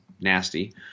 nasty